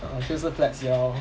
ah 就是 flex liao lor